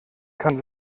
kann